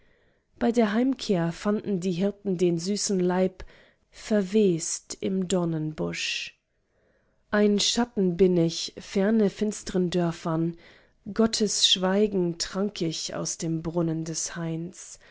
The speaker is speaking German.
bei der heimkehr fanden die hirten den süßen leib verwest im dornenbusch ein schatten bin ich ferne finsteren dörfern gottes schweigen trank ich aus dem brunnen des hains